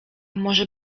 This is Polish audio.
może